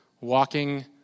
walking